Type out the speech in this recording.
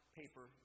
paper